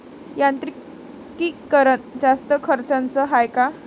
यांत्रिकीकरण जास्त खर्चाचं हाये का?